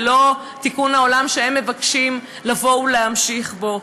זה לא "תיקון העולם" שהם מבקשים לבוא ולהמשיך בו.